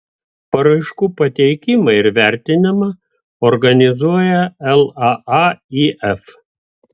paraiškų pateikimą ir vertinimą organizuoja laaif